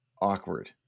awkward